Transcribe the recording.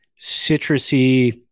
citrusy